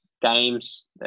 games